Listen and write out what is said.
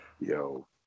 yo